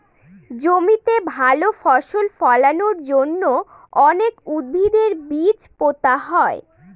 জমিতে ভালো ফসল ফলানোর জন্য অনেক উদ্ভিদের বীজ পোতা হয়